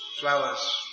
flowers